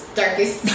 darkest